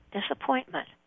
disappointment